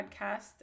podcast